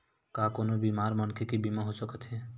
का कोनो बीमार मनखे के बीमा हो सकत हे?